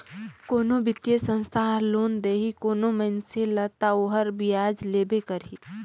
कोनो बित्तीय संस्था हर लोन देही कोनो मइनसे ल ता ओहर बियाज लेबे करही